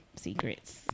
secrets